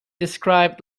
described